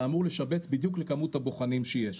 אתה אמור לשבץ בדיוק לכמות הבוחנים שיש.